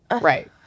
Right